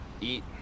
eat